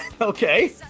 Okay